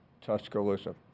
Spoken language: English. Tuscaloosa